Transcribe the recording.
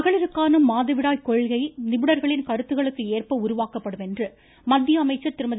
மகளிருக்கான மாதவிடாய் கொள்கை நிபுணர்களின் கருத்துக்களுக்கு ஏற்ப உருவாக்கப்படும் என்று மத்திய அமைச்சர் திருமதி